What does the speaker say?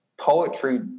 poetry